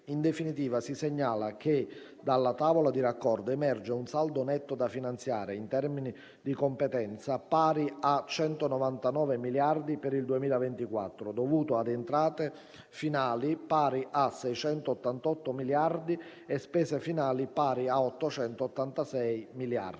In definitiva, si segnala che dalla tavola di raccordo emerge un saldo netto da finanziare, in termini di competenza pari a 199 miliardi per il 2024, dovuto a entrate finali pari a 688 miliardi e spese finali pari a 886 miliardi.